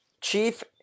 Chief